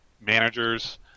managers